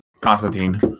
Constantine